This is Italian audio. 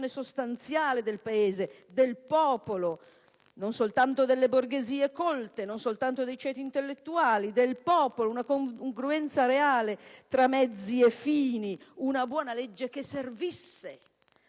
sostanziale del Paese e del popolo, non soltanto delle borghesie colte e dei ceti intellettuali; una confluenza reale tra mezzi e fini, una buona legge che servisse.